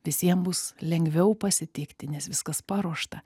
visiem bus lengviau pasitikti nes viskas paruošta